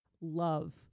love